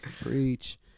Preach